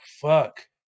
fuck